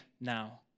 now